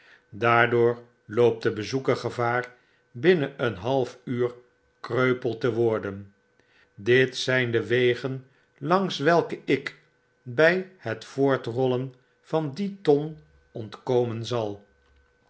daardoor loopt de bezoeker gevaar binnen een half uur kreupel te worden dit zyn de wegen langs welke ik by het voortrollen van die ton ontkomen zal